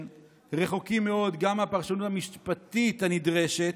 רחוקים מאוד גם מהפרשנות המשפטית הנדרשת.